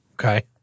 Okay